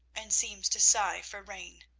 and seems to sigh for rain.